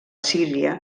síria